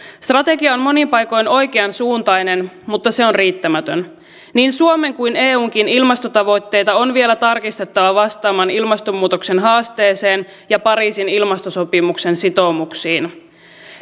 strategia on monin paikoin oikeansuuntainen mutta se on riittämätön niin suomen kuin eunkin ilmastotavoitteita on vielä tarkistettava vastaamaan ilmastonmuutoksen haasteeseen ja pariisin ilmastosopimuksen sitoumuksiin